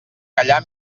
callar